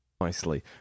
Nicely